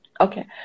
Okay